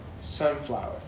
Sunflower